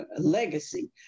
legacy